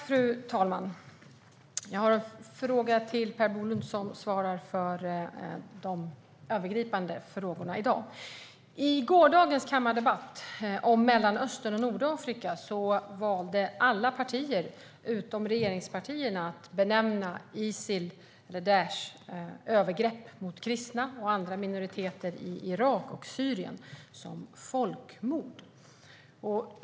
Fru talman! Jag har en fråga till statsrådet Per Bolund som svarar för de övergripande frågorna i dag. I gårdagens kammardebatt om Mellanöstern och Nordafrika valde alla partier utom regeringspartierna att benämna Isils, eller Daishs, övergrepp mot kristna och andra minoriteter i Irak och Syrien som folkmord.